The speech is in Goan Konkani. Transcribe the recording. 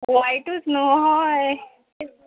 वायटूच नो होय